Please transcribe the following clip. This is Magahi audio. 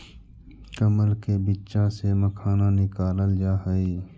कमल के बीच्चा से मखाना निकालल जा हई